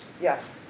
yes